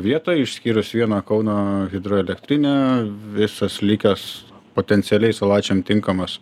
vietoj išskyrus vieną kauno hidroelektrinę visas likęs potencialiai salačiam tinkamas